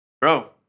bro